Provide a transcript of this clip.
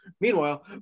meanwhile